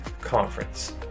conference